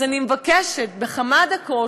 אז אני מבקשת בכמה דקות,